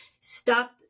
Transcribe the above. stop